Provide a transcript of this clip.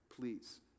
Please